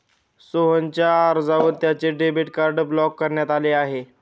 सोहनच्या अर्जावर त्याचे डेबिट कार्ड ब्लॉक करण्यात आले आहे